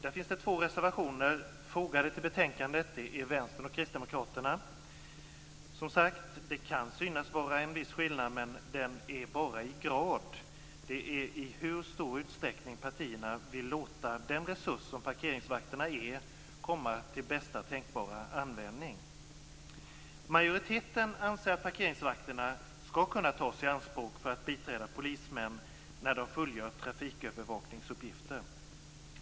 Det finns två reservationer fogade till betänkandet från Vänstern och Kristdemokraterna. Det kan, som sagt, synas vara en viss skillnad, men det är bara en gradskillnad. Det gäller i hur stor utsträckning partierna vill låta den resurs som parkeringsvakterna är komma till bästa tänkbara användning. Majoriteten anser att parkeringsvakterna skall kunna tas i anspråk för att biträda polismän när de fullgör trafikövervakningsuppgifter.